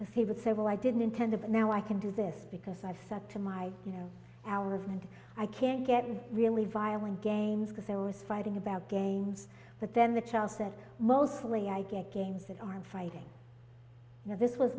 because he would say well i didn't intend to but now i can do this because i've said to my you know hours and i can't get a really violent games because there was fighting about games but then the child said mostly i get games that aren't fighting you know this was